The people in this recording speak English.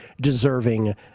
deserving